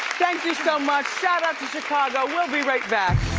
thank you so much, shout out to chicago. we'll be right back.